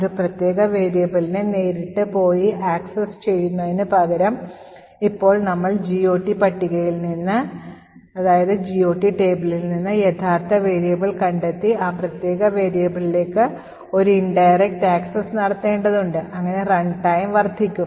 ഒരു പ്രത്യേക വേരിയബിളിനെ നേരിട്ട് പോയി ആക്സസ് ചെയ്യുന്നതിനു പകരം ഇപ്പോൾ നമ്മൾ GOT പട്ടികയിൽ നിന്ന് യഥാർത്ഥ വേരിയബിൾ കണ്ടെത്തി ആ പ്രത്യേക വേരിയബിളിലേക്ക് ഒരു indirect ആക്സസ് നടത്തേണ്ടതുണ്ട് അങ്ങനെ റൺടൈം വർദ്ധിക്കും